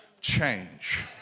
change